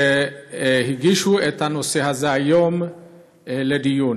שהגישו את הנושא הזה היום לדיון.